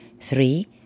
three